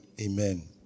Amen